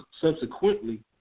subsequently